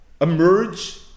emerge